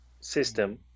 system